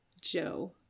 Joe